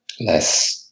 less